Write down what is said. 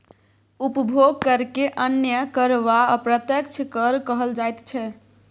उपभोग करकेँ अन्य कर वा अप्रत्यक्ष कर कहल जाइत छै